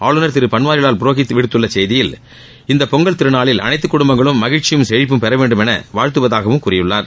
ஆளுநர் திரு பன்வாரிலால் புரோஹித் விடுத்துள்ள செய்தியில் கொண்டாட்டம் இந்த பொங்கல் திருநாளில் அனைத்து குடும்பங்களும் மகிழ்ச்சியும் செழிப்பும் பெற வேண்டும் என வாழ்த்துவதாகவும் கூறியுள்ளார்